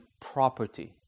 property